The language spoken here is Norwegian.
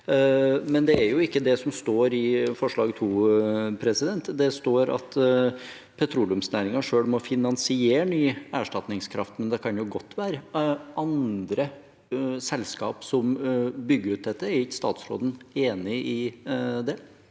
Det er jo ikke det som står i forslag nr. 2. Det står at «petroleumsnæringen selv må finansiere ny erstatningskraft», men det kan godt være andre selskaper som bygger ut dette. Er ikke statsråden enig i det?